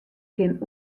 kin